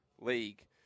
League